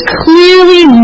clearly